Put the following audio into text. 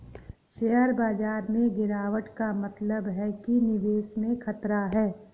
share बाजार में गिराबट का मतलब है कि निवेश में खतरा है